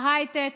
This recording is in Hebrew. ההייטק,